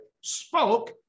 spoke